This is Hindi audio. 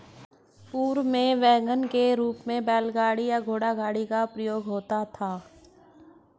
पूर्व में वैगन के रूप में बैलगाड़ी या घोड़ागाड़ी का प्रयोग होता था